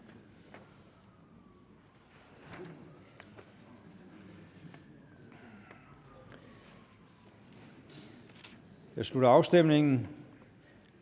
Jeg slutter afstemningen.